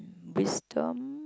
wisdom